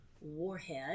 warhead